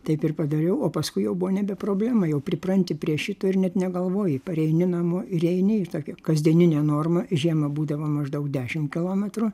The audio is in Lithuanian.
taip ir padariau o paskui jau buvo nebe problema jau pripranti prie šito ir net negalvoji pareini namo ir eini į tokią kasdieninę normą žiemą būdavo maždaug dešim kilometrų